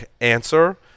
answer